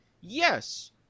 yes